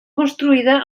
construïda